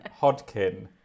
Hodkin